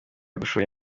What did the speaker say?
gushora